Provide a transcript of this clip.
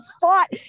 fought